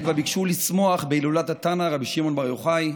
הן ביקשו לשמוח בהילולת התנא רבי שמעון בר יוחאי,